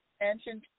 mentioned